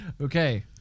okay